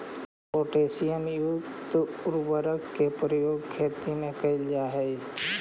potassium युक्त उर्वरक के प्रयोग खेती में कैल जा हइ